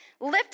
lift